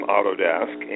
Autodesk